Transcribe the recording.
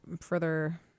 further